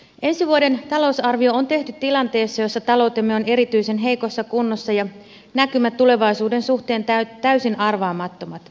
ensi vuoden talousarvio on tehty tilanteessa jossa taloutemme on erityisen heikossa kunnossa ja näkymät tulevaisuuden suhteen täysin arvaamattomat